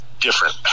different